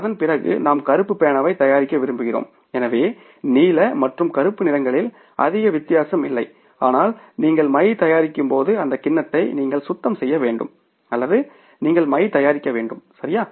அதன்பிறகு நாம் கருப்பு பேனாவை தயாரிக்க விரும்புகிறோம் எனவே நீல மற்றும் கருப்பு நிறங்களில் அதிக வித்தியாசம் இல்லை ஆனால் நீங்கள் மை தயாரிக்கப்போகும் அந்தக் கிண்ணத்தை நீங்கள் சுத்தம் செய்ய வேண்டும் அல்லது நீங்கள் மை தயாரிக்கவேண்டும் சரியா